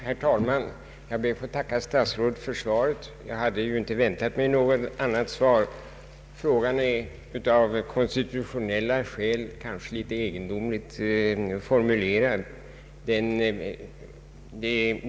Herr talman! Jag ber att få tacka statsrådet för svaret. Jag hade inte väntat mig något annat svar. Frågan är av konstitutionella skäl kanske litet egendomligt formulerad.